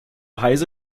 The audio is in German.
heise